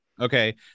Okay